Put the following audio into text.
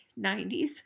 90s